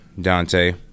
Dante